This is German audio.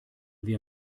wir